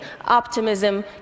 optimism